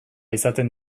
izaten